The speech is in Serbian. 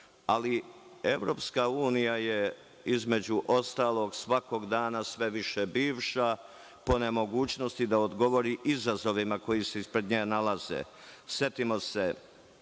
Evropska unija je, između ostalog, svakog dana sve više bivša po nemogućnosti da odgovori izazovima koji se ispred nje nalaze.